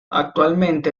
actualmente